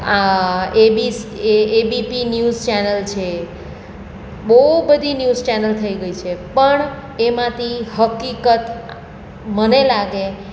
આ ABC ABP news channel છે બહુ બધી ન્યૂઝ ચેનલ થઈ ગઈ છે પણ એમાંથી હકીકત મને લાગે